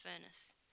furnace